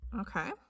Okay